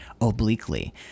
obliquely